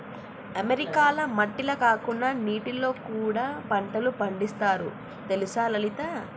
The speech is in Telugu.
అమెరికాల మట్టిల కాకుండా నీటిలో కూడా పంటలు పండిస్తారు తెలుసా లలిత